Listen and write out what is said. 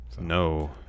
No